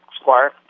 Squire